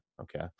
okay